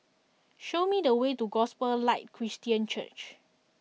show me the way to Gospel Light Christian Church